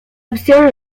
opción